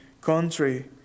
country